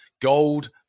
gold